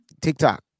TikTok